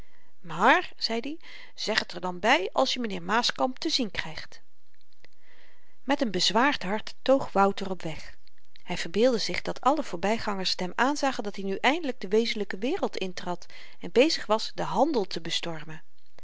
maar zeid i zeg t er dan by als je m'nheer maaskamp te zien krygt met n bezwaard hart toog wouter op weg hy verbeeldde zich dat alle voorbygangers t hem aanzagen dat-i nu eindelyk de wezenlyke wereld intrad en bezig was den handel te bestormen